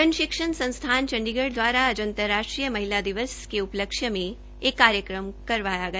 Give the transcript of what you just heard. जन शिक्षण संस्थान चंडीगढ़ द्वारा आज अंतर्राष्ट्रीय महिला दिवस उपलक्ष्य में एक कार्यक्रम करवाया गया